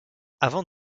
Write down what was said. avant